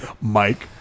Mike